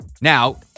Now